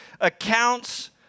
Accounts